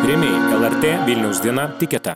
rėmėjai lrt vilniaus diena tiketa